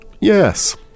Yes